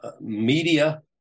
media